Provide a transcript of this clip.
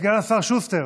סגן השר שוסטר,